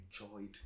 enjoyed